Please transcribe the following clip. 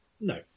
No